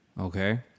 okay